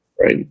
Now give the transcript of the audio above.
Right